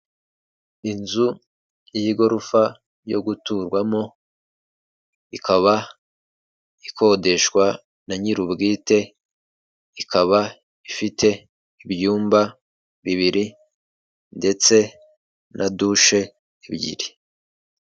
Inzu y'igorofa yo guturwamo, ikaba ikodeshwa na nyir'ubwite, ikaba ifite ibyumba bibiri ndetse na dushe ebyiri.